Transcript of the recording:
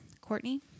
Courtney